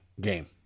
game